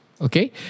Okay